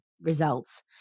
results